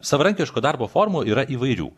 savarankiško darbo formų yra įvairių